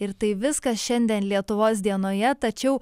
ir tai viskas šiandien lietuvos dienoje tačiau